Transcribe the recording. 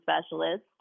specialist